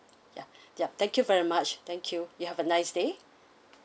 ya yup thank you very much thank you you have a nice day